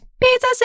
Pizza